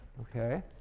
okay